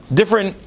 different